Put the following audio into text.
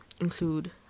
include